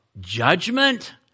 judgment